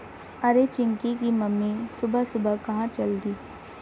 अरे चिंकी की मम्मी सुबह सुबह कहां चल दी?